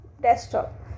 desktop